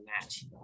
match